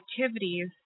activities